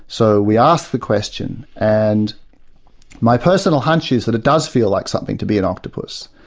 so we ask the question and my personal hunch is that it does feel like something to be an octopus.